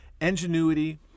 ingenuity